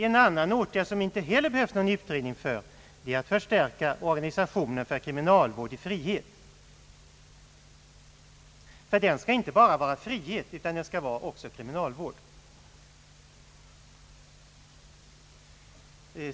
En annan åtgärd, som det inte heller behövs någon utredning för att vidta, är att förstärka organisationen för kriminalvård i frihet. Det skall nämligen vara inte bara frihet utan också kriminalvård.